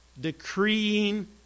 decreeing